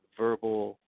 verbal